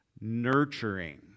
nurturing